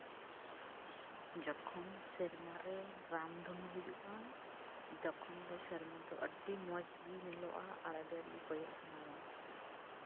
ᱡᱚᱠᱷᱚᱱ ᱥᱮᱨᱢᱟ ᱨᱮ ᱨᱟᱢᱫᱷᱩᱱᱩ ᱦᱩᱭᱩᱜᱼᱟ ᱛᱚᱠᱷᱚᱱ ᱫᱚ ᱥᱮᱨᱢᱟ ᱫᱚ ᱟᱹᱰᱤ ᱢᱚᱸᱡᱽ ᱜᱮ ᱧᱮᱞᱚᱜᱼᱟ ᱟᱨ ᱟᱹᱰᱤ ᱟᱸᱴ ᱜᱮ ᱠᱚᱭᱚᱜ ᱥᱟᱱᱟᱣᱟ